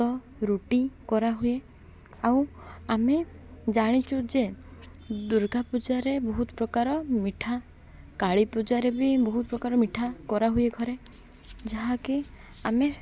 ଭାତ ରୁଟି କରାହୁଏ ଆଉ ଆମେ ଜାଣିଛୁ ଯେ ଦୁର୍ଗା ପୂଜାରେ ବହୁତ ପ୍ରକାର ମିଠା କାଳୀପୂଜାରେ ବି ବହୁତ ପ୍ରକାର ମିଠା କରାହୁଏ ଘରେ ଯାହାକି ଆମେ